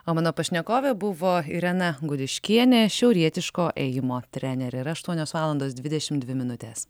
o mano pašnekovė buvo irena gudiškienė šiaurietiško ėjimo trenerė yra aštuonios valandos dvidešim dvi minutės